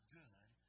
good